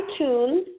iTunes